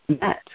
met